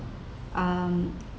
um